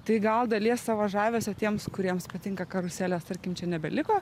tai gal dalies savo žavesio tiems kuriems patinka karuselės tarkim čia nebeliko